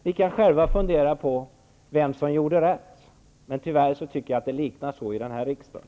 Ni kan själva fundera på vem som gjorde rätt. Men tyvärr tycker jag att den här berättelsen har en viss likhet med riksdagen.